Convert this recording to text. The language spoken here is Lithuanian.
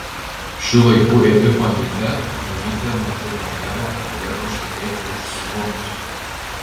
šių laikų edipo mite mamytė nužudo tėvą kad galėtų ištekėti už sūnaus